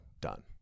done